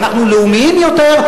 ואנחנו לאומיים יותר,